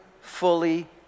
fully